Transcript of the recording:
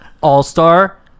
all-star